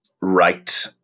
right